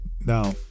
now